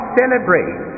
celebrate